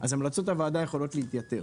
אז המלצות הוועדה יכולות להתייתר.